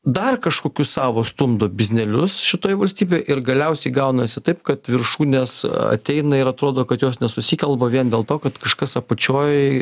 dar kažkokius savo stumdo biznelius šitoj valstybėj ir galiausiai gaunasi taip kad viršūnės ateina ir atrodo kad jos nesusikalba vien dėl to kad kažkas apačioj